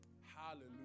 Hallelujah